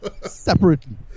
Separately